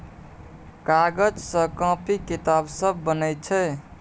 कागज सँ कांपी किताब सब बनै छै